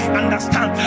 understand